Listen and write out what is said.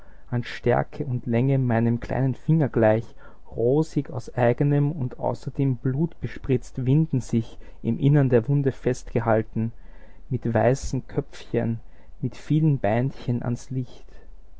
an stärke und länge meinem kleinen finger gleich rosig aus eigenem und außerdem blutbespritzt winden sich im innern der wunde festgehalten mit weißen köpfchen mit vielen beinchen ans licht